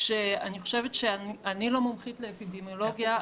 אני לא מומחית לאפידמיולוגיה,